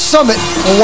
Summit